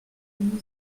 une